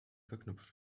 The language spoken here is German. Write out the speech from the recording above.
verknüpft